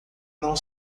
não